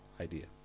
idea